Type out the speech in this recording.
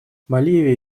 боливия